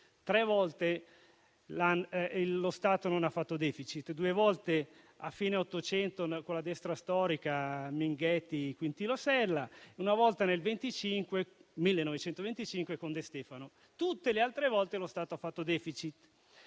Tre volte lo Stato non ha fatto *deficit*, due volte a fine '800, con la destra storica di Minghetti e Quintino Sella, e una volta nel 1925, con De Stefano. Tutte le altre volte lo Stato ha fatto *deficit.*